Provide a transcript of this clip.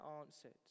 answered